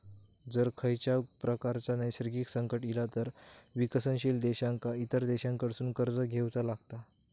जर खंयच्याव प्रकारचा नैसर्गिक संकट इला तर विकसनशील देशांका इतर देशांकडसून कर्ज घेवचा लागता